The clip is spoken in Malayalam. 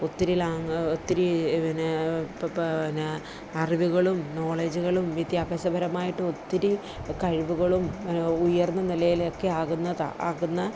ഒത്തിരി ലാങ് ഒത്തിരി പിന്നെ ഇപ്പപ്പാന്നേ അറിവുകളും നോളേജുകളും വിദ്യാഭ്യാസപരമായിട്ട് ഒത്തിരി കഴിവുകളും ഉയർന്ന നിലയിൽ ഒക്കെ ആകുന്നത് ആകുന്ന